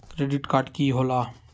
Credit card की होला?